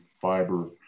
fiber